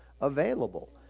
available